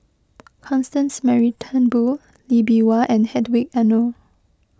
Constance Mary Turnbull Lee Bee Wah and Hedwig Anuar